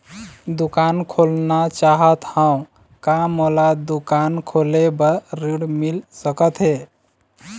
दुकान खोलना चाहत हाव, का मोला दुकान खोले बर ऋण मिल सकत हे?